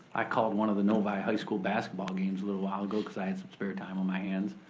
i called one of the novi high school basketball games a little while ago cause i had some spare time on my hands.